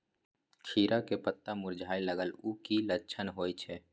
खीरा के पत्ता मुरझाय लागल उ कि लक्षण होय छै?